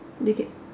make it